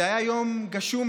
זה היה יום גשום,